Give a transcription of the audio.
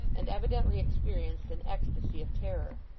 and evidently experienced an ecstasy of terror.